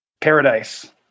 paradise